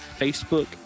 Facebook